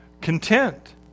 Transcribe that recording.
content